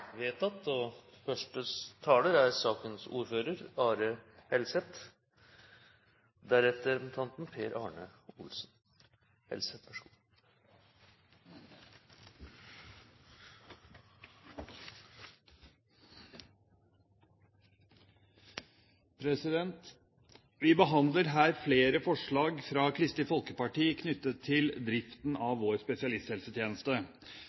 vedtatt. Vi behandler her flere forslag fra Kristelig Folkeparti knyttet til driften